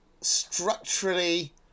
structurally